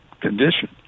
condition